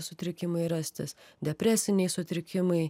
sutrikimai rastis depresiniai sutrikimai